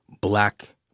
black